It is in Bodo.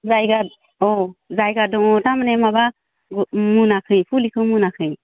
जायगा अ जायगा दङ थारमाने माबा मोनाखै फुलिखो मोनाखै